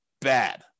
Bad